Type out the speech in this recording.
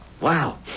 wow